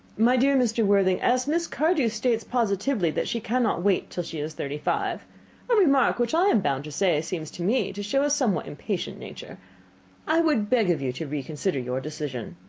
my dear mr. worthing, as miss cardew states positively that she cannot wait till she is thirty-five a remark which i am bound to say seems to me to show a somewhat impatient nature i would beg of you to reconsider your decision.